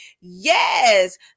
Yes